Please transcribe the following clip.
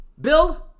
bill